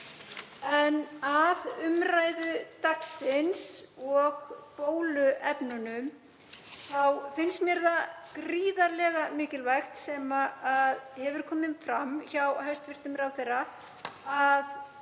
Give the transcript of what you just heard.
En að umræðu dagsins og bóluefnum. Mér finnst það gríðarlega mikilvægt sem hefur komið fram hjá hæstv. ráðherra að